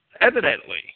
evidently